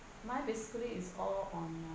mine basically is all on